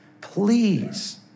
please